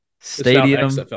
Stadium